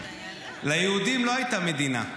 ליהודים לא הייתה מדינה.